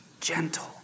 gentle